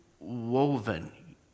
Woven